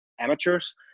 amateurs